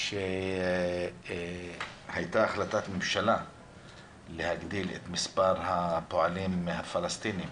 שהייתה החלטת ממשלה להגדיל את מספר הפועלים הפלסטינים